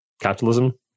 capitalism